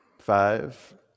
five